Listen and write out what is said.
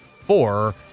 four